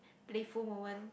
playful moment